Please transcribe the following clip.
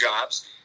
jobs